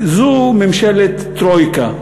זו ממשלת טרויקה.